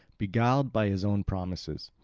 beguiled by his own promises.